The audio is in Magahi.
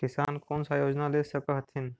किसान कोन सा योजना ले स कथीन?